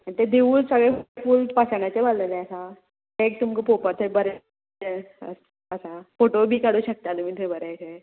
आनी ते देवूळ सगळे फूल पशाणाचें बांदलेले आसा ते एक तुमकां पळोवपा थंय बरें आसा फोटो बी काडूं शकताले बी थंय बरेंशें